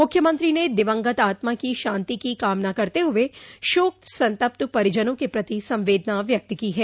मुख्यमंत्री ने दिवंगत आत्मा की शांति की कामना करते हुए शोक संतप्त परिजनों के प्रति संवेदना व्यक्त की है